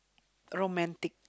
romantic